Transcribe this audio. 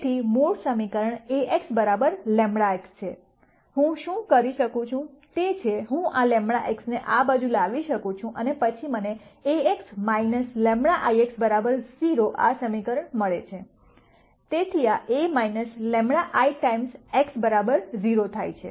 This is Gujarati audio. તેથી મૂળ સમીકરણ Ax λ x છે હું શું કરી શકું તે છે હું આ λ x ને આ બાજુ લાવી શકું છું અને પછી મને Ax λ I x 0 આ સમીકરણ મળે છે તેથી આ A λ I ટાઇમ્સ x 0 થાય છે